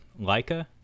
Leica